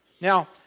Now